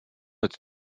het